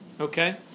okay